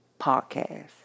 podcast